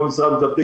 לאף משרד ממשלתי,